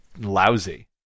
lousy